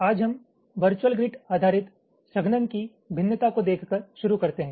आज हम virtual grid आधारित संघनन की भिन्नता को देखकर शुरू करते हैं